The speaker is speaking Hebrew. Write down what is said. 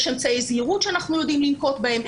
יש אמצעי זהירות שאנחנו יודעים לנקוט בהם,